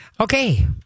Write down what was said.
Okay